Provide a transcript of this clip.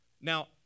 Now